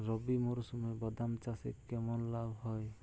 রবি মরশুমে বাদাম চাষে কেমন লাভ হয়?